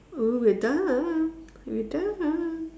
oh we are done we are done